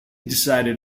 decided